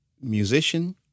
musician